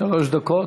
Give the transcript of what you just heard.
שלוש דקות.